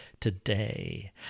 today